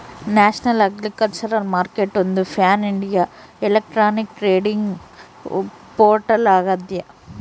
national agriculture ಮಾರ್ಕೆಟ್ಒಂದು pan India electronic trading portal ಆಗ್ಯದ